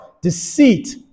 deceit